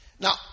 Now